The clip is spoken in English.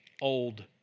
old